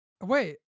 wait